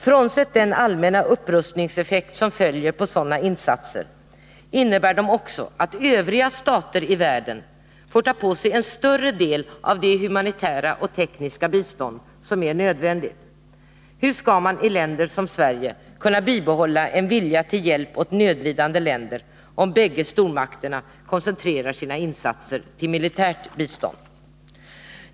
Frånsett den allmänna upprustningseffekt som följer på sådana insatser innebär dessa också att Övriga stater i världen får ta på sig en större del av det humanitära och tekniska bistånd som är nödvändigt. Hur skall man i länder som Sverige kunna bibehålla en vilja till hjälp åt nödlidande länder, om bägge stormakterna koncentrerar sina insatser till militärt bistånd?